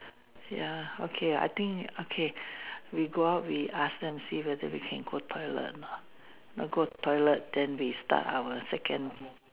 ya okay I think okay we go out we ask them see whether we can go toilet or not now go toilet then we start our second